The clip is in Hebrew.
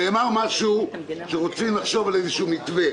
אני לא רוצה כרגע להאריך בגלל סד הזמנים הקצר.